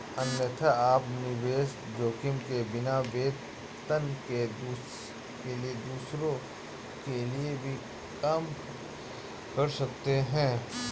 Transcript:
अन्यथा, आप निवेश जोखिम के बिना, वेतन के लिए दूसरों के लिए भी काम कर सकते हैं